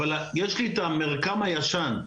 אבל יש לי את המרקם הישן,